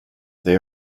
they